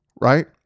right